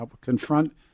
confront